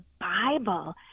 bible